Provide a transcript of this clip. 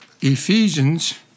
Ephesians